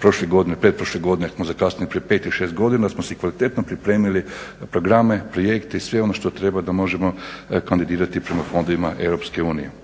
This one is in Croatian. prošle godine, pretprošle godine smo zakasnili prije pet ili šest godina, da smo si kvalitetno pripremili programe, projekte i sve ono što treba da možemo kandidirati prema fondovima EU. I ono